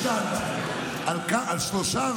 כל חוק הגזענות מושתת על שלושה או